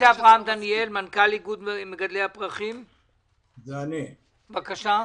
מנכ"ל איגוד מגדלי הפרחים וצמחי נוי, בבקשה.